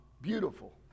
beautiful